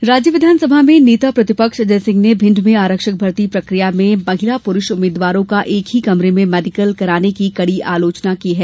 अजय सिंह राज्य विधानसभा में नेता प्रतिपक्ष अजय सिंह ने भिंड में आरक्षक भर्ती प्रक्रिया में महिला पुरुष उम्मीदवारों का एक ही कमरे में मेडिकल कराने की कड़ी आलोचना की है